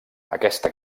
aquesta